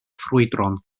ffrwydron